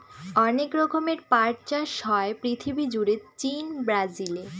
অনেক রকমের পাট চাষ হয় পৃথিবী জুড়ে চীন, ব্রাজিলে